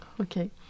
Okay